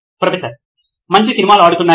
professor మంచి సినిమాలు ఆడుతున్నాయి